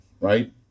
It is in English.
right